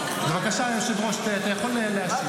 בבקשה, היושב-ראש, אתה יכול להשיב.